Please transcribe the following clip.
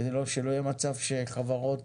וכדי שלא יהיה מצב שחברות